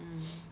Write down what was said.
mm